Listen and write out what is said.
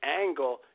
angle